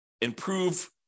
improve